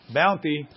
bounty